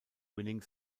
winning